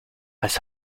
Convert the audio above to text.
als